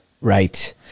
Right